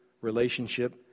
relationship